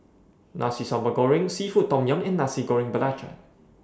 Nasi Sambal Goreng Seafood Tom Yum and Nasi Goreng Belacan